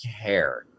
care